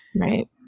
Right